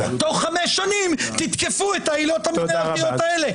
בתוך חמש שנים תתקפו את העילות המינהלתיות האלה,